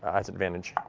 has advantage.